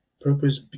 purpose